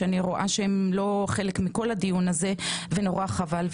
שאני רואה שהם לא חלק מכל הדיון הזה ונורא חבל.